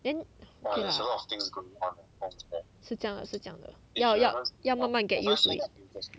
then ya 是这样的是这样的要要要慢慢 get used to it